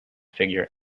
figure